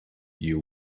you